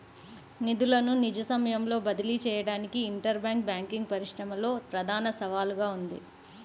నిధులను నిజ సమయంలో బదిలీ చేయడానికి ఇంటర్ బ్యాంక్ బ్యాంకింగ్ పరిశ్రమలో ప్రధాన సవాలుగా ఉంది